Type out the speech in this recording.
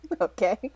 okay